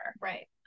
Right